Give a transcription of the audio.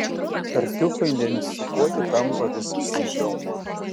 tartiufą identifikuoti tampa vis sunkiau